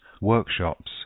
workshops